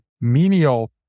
menial